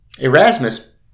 Erasmus